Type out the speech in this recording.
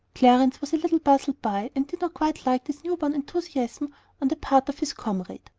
clarence was a little puzzled by and did not quite like this newborn enthusiasm on the part of his comrade.